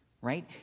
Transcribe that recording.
right